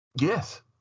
Yes